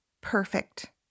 Perfect